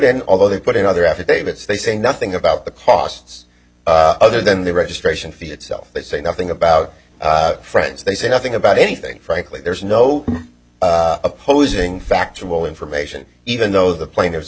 in although they put in other affidavits they say nothing about the costs other than the registration fee itself they say nothing about friends they say nothing about anything frankly there is no opposing factual information even though the plaintiffs